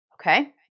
okay